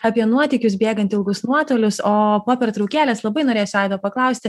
apie nuotykius bėgant ilgus nuotolius o po pertraukėlės labai norėsiu aido paklausti